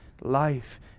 life